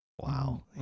Wow